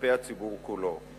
כלפי הציבור כולו,